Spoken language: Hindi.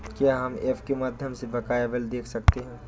क्या हम ऐप के माध्यम से बकाया बिल देख सकते हैं?